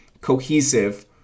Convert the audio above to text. cohesive